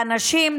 לאנשים,